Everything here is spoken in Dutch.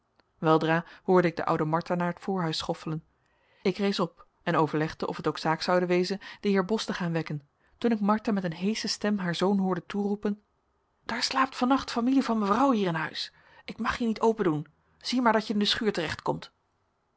weldra hoorde ik de oude martha naar het voorhuis schoffelen ik rees op en overlegde of het ook zaak zoude wezen den heer bos te gaan wekken toen ik martha met een heesche stem haar zoon hoorde toeroepen daar slaapt van nacht familie van mevrouw hier in huis ik mag je niet opendoen zie maar dat je in de schuur